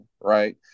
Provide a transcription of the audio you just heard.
Right